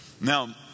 Now